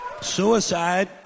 Suicide